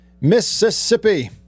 Mississippi